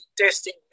testing